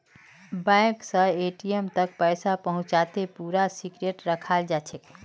bank स ATM तक पैसा पहुंचाते पूरा सिक्रेट रखाल जाछेक